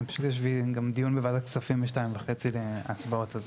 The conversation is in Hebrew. פשוט יש גם דיון בוועדת הכספים ב-14:30, הצבעות.